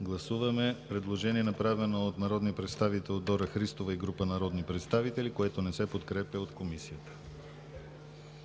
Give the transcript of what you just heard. Гласуваме предложение, направено от народния представител Дора Христова и група народни представители, което не се подкрепя от Комисията.